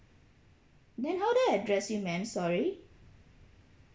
then how do I address you ma'am sorry